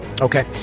Okay